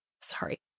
Sorry